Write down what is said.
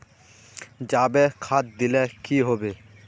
जाबे खाद दिले की होबे?